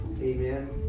amen